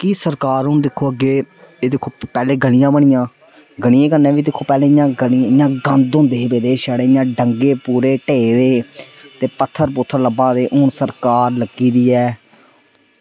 कि सरकार हून दिक्खो अग्गें एह् दिक्खो पैह्लें गल्लियां बनियां गल्लियें कन्नै बी दिक्खो पैह्लें इ'यां कम्म दे होंदे हे पेदे छड़े इ'यां डंग्गे पूरे ढेह् दे ते पत्थर लब्भा दे हून सरकार लग्गी दी ऐ